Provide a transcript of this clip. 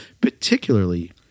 particularly